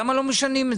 למה לא משנים את זה?